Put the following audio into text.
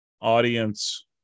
Audience